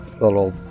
little